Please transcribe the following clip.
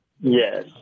Yes